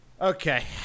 Okay